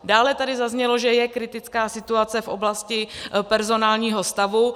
Dále tady zaznělo, že je kritická situace v oblasti personálního stavu.